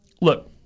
look